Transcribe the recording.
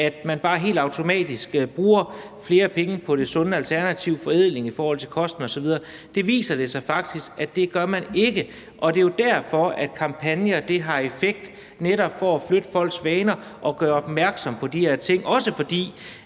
at man bare helt automatisk bruger flere penge på det sunde alternativ, forædling i forhold til kost osv. For det viser sig faktisk, at det gør man ikke. Og det er jo derfor, at kampagner har en effekt, altså netop med hensyn til at flytte folks vaner og gøre opmærksom på de her ting,